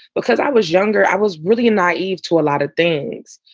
because i was younger, i was really naive to a lot of things.